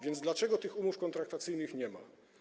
Więc dlaczego tych umów kontraktacyjnych nie ma?